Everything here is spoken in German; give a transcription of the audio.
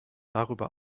darüber